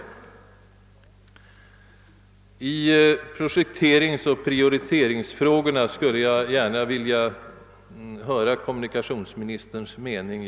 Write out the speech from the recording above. I projekteringsoch prioritetsfrågorna skulle jag gärna vilja höra kommunikationsministerns mening.